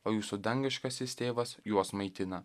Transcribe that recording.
o jūsų dangiškasis tėvas juos maitina